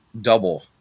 double